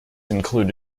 include